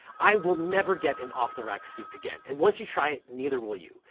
i will never get an off-the-rack suit again. and once you try it, neither will you.